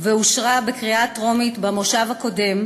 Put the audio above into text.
ואושרה בקריאה טרומית במושב הקודם,